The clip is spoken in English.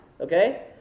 okay